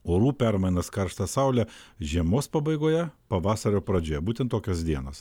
orų permainas karštą saulę žiemos pabaigoje pavasario pradžioje būtent tokios dienos